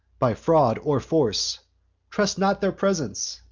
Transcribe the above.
by fraud or force trust not their presents,